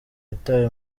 yatawe